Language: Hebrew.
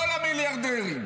לא למיליארדרים.